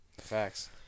Facts